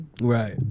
Right